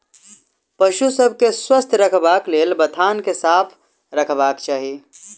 पशु सभ के स्वस्थ रखबाक लेल बथान के साफ रखबाक चाही